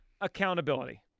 accountability